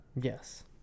yes